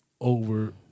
over